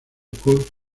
kurt